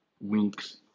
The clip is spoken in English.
Winks